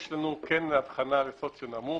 יש לנו כן הבחנה לסוציו נמוך.